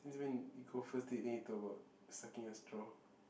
since when you go first date then you talk about sucking a straw